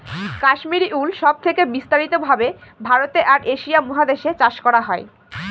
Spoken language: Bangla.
কাশ্মিরী উল সব থেকে বিস্তারিত ভাবে ভারতে আর এশিয়া মহাদেশে চাষ করা হয়